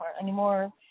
anymore